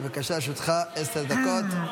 לרשותך עד עשר דקות.